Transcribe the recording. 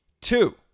Two